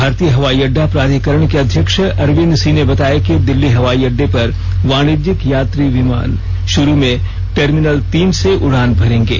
भारतीय हवाई अड्डा प्राधिकरण के अध्यक्ष अरविंद सिंह ने बताया कि दिल्ली हवाई अड्डे पर वाणिज्यिक यात्री विमान शुरू में टर्मिनल तीन से उड़ान भरेंगे